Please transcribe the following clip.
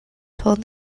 told